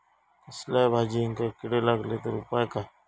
कसल्याय भाजायेंका किडे लागले तर उपाय काय?